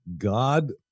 God